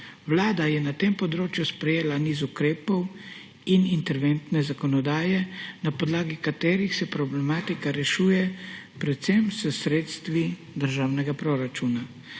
Vlada je na tem področju sprejela niz ukrepov in interventne zakonodaje, na podlagi katerih se problematika rešuje predvsem s sredstvi državnega proračuna.